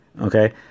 Okay